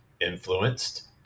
influenced